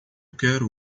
quero